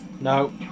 No